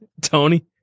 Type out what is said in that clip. Tony